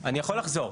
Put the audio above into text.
לא, אני יכול לחזור.